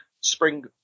Spring